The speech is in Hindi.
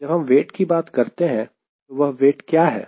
जब हम वेट की बात करते हैं तो वह वेट क्या है